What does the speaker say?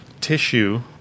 tissue